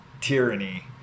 tyranny